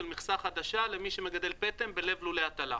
מכסה חדשה למי שמגדל פטם בלב לולי הטלה.